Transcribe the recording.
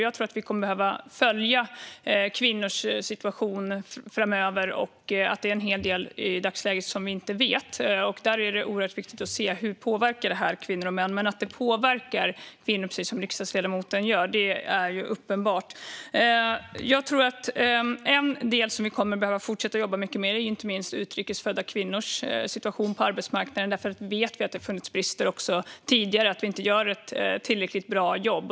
Jag tror att vi kommer att behöva följa kvinnors situation framöver, för det är hel del i dagsläget som vi inte vet. Det är oerhört viktigt att se hur detta påverkar kvinnor och män. Men att det påverkar kvinnor, precis som riksdagsledamoten tar upp, är uppenbart. Jag tror att en del som vi kommer att behöva fortsätta att jobba mycket med är utrikesfödda kvinnors situation på arbetsmarknaden. Vi vet att det har funnits brister där också tidigare och att vi inte gör ett tillräckligt bra jobb.